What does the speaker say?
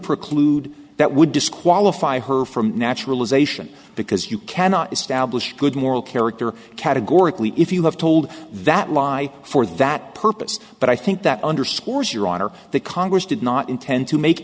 preclude the would disqualify her from naturalization because you cannot establish good moral character categorically if you have told that lie for that purpose but i think that underscores your honor that congress did not intend to make